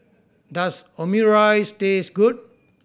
does Omurice taste good